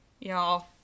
y'all